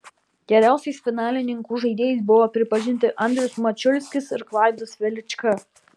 geriausiais finalininkų žaidėjais buvo pripažinti andrius mačiulskis ir klaidas velička